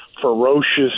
ferocious